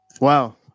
Wow